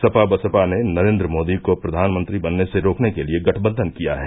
सपा बसपा ने नरेन्द्र मोदी को प्रधानमंत्री बनने से रोकने के लिये गठबंधन किया है